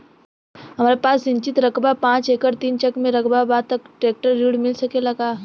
हमरा पास सिंचित रकबा पांच एकड़ तीन चक में रकबा बा त ट्रेक्टर ऋण मिल सकेला का?